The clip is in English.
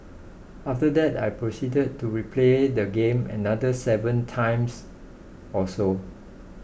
after that I proceeded to replay the game another seven times or so